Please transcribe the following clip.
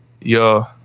yo